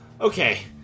okay